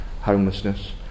homelessness